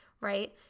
right